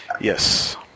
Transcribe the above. Yes